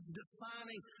defining